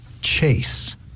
chase